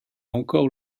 encore